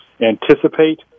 anticipate